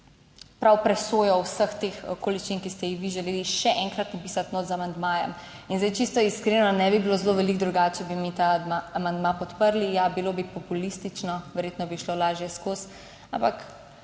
prav presojo vseh teh okoliščin, ki ste jih vi želeli še enkrat napisati z amandmajem. In zdaj čisto iskreno, ne bi bilo zelo veliko drugače, bi mi ta amandma podprli. Ja, bilo bi populistično, verjetno bi šlo lažje skozi, ampak